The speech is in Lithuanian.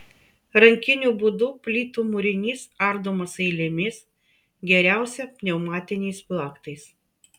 rankiniu būdu plytų mūrinys ardomas eilėmis geriausia pneumatiniais plaktais